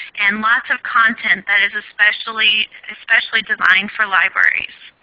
and lots of content that is especially especially designed for libraries.